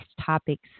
topics